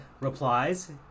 replies